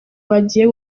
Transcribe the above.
bagiye